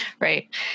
right